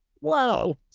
Wow